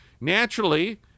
Naturally